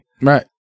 Right